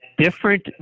Different